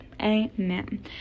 Amen